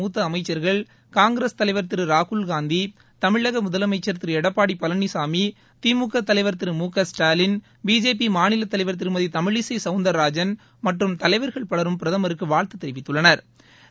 மூத்த அமைச்சர்கள் காங்கிரஸ் தலைவர் திரு ராகுல்காந்தி தமிழக முதலமைச்சர் திரு எடப்பாடி பழனிசாமி திமுக தலைவர் திரு மு க ஸ்டாலின் பிஜேபி மாநில தலைவர் திருமதி தமிழிசை சௌந்தா்ராஜன் மற்றும் தலைவா்கள் பலரும் பிரதமருக்கு வாழ்த்து தெரிவித்துள்ளனா்